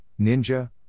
Ninja